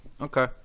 Okay